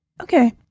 Okay